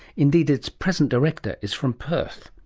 indeed its present director is from perth.